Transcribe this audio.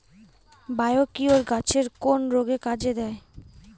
Biocure গাছের কোন রোগে কাজেদেয়?